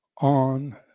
on